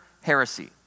heresy